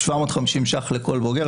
750 שקלים לכל בוגר.